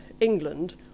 england